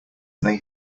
they